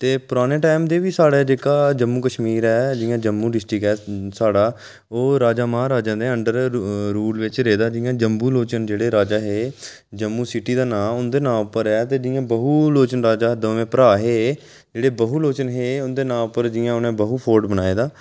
ते पराने टाइम दी बी साढ़े जेह्का जम्मू कशमीर ऐ जि'यां जम्मू डिस्ट्रिक्ट ऐ साढ़ा ओह् राजा महाराजें दे अंडर रूल च रेहा दा ऐ जि'यां जम्बू लोचन जेह्ड़े राजा हे जम्मू सिटी दा नांऽ उं'दे नांऽ पर ऐ जि'यां बाहु लोचन राजा दमें भ्राऽ हे जेह्ड़े बाहु लोचन हे जि'यां उं'दे नांऽ पर बाहु फोर्ट बनाए दा